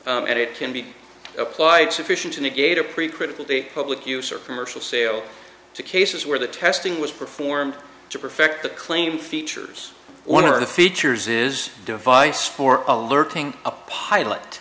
and it can be applied sufficient to negate a pretty critical the public use or commercial sale to cases where the testing was performed to perfect the claim features one of the features is device for alerting a pilot